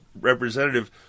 representative